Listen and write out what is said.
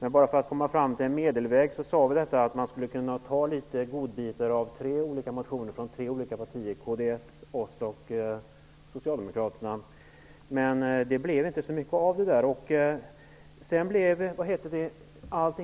Men för att komma fram till en medelväg sade vi att man skulle kunna ta godbitar från tre olika motioner väckta av tre olika partier -- Kristdemokraterna, Socialdemokraterna och vårt parti. Men det blev inte särskilt mycket av det hela. Därefter